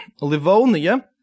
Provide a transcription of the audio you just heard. Livonia